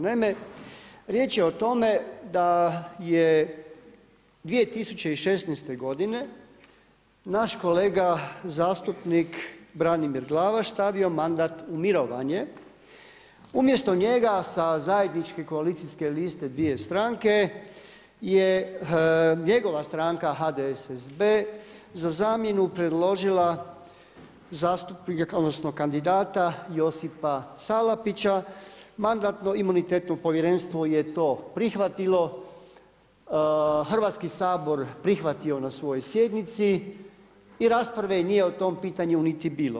Naime, riječ je o tome da je 2016. godine naš kolega zastupnik Branimir Glavaš stavio mandat u mirovanje, umjesto njega sa zajedničke koalicijske liste dvije stranke je njegova stranka HDSSB za zamjenu predložila kandidata Josipa Salapića, Mandatno-imunitetno povjerenstvo je to prihvatilo, Hrvatski sabor prihvatio na svojoj sjednici i rasprave nije o tom pitanju niti bilo.